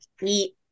eat